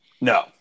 No